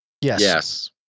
Yes